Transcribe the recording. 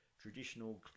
traditional